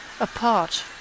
Apart